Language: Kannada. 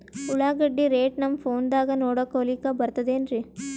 ಉಳ್ಳಾಗಡ್ಡಿ ರೇಟ್ ನಮ್ ಫೋನದಾಗ ನೋಡಕೊಲಿಕ ಬರತದೆನ್ರಿ?